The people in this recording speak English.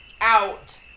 out